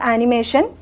Animation